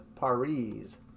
Paris